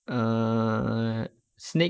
err snake